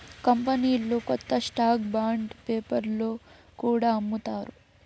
కంపెనీలు కొత్త stock bond పేపర్లో కూడా అమ్ముతారు